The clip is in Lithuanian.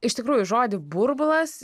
iš tikrųjų žodį burbulas